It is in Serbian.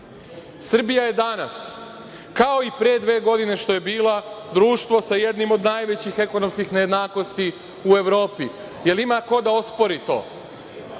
jednu. Srbija je danas, kao i pre dve godine što je bila, društvo sa jednim od najvećih ekonomskih nejednakosti u Evropi. Da li ima ko da ospori to?